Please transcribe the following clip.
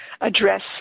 address